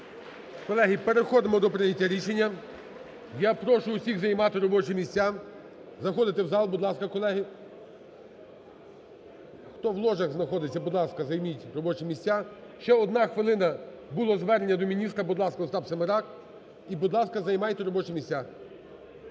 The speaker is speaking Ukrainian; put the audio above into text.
Колеги, переходимо до прийняття рішення. Я прошу всіх займати робочі місця, заходити в зал, будь ласка, колеги. Хто в ложах знаходиться, будь ласка, займіть робочі місця. Ще одна хвилина, було звернення до міністра, будь ласка, Остап Семерак. І, будь ласка, займайте робочі місця.